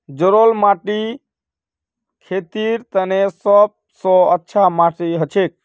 जलौढ़ माटी खेतीर तने सब स अच्छा माटी हछेक